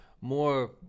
more